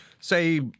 say